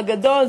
בגדול,